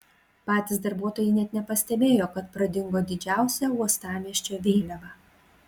patys darbuotojai net nepastebėjo kad pradingo didžiausia uostamiesčio vėliava